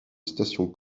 station